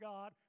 God